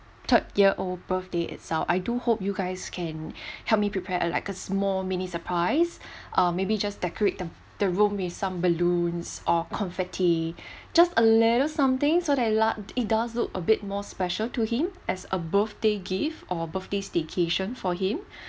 third year old birthday itself I do hope you guys can help me prepare uh like a small mini surprise um maybe just decorate the the room with some balloons or confetti just a little something so that a lot it does look a bit more special to him as a birthday gift or birthday staycation for him